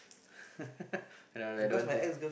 I know I don't want to